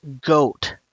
goat